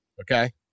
okay